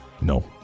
No